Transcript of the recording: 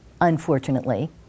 unfortunately